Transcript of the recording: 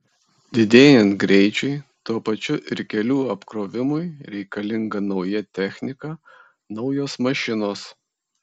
didėjant greičiui tuo pačiu ir kelių apkrovimui reikalinga nauja technika naujos mašinos